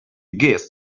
gist